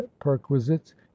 perquisites